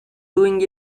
doing